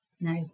no